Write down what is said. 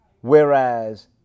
Whereas